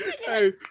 Hey